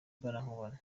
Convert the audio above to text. imbonankubone